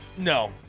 No